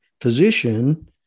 physician